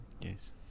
yes